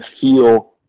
feel